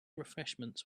refreshments